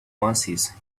oasis